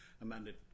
amended